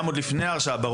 גם עוד לפני ההרשעה.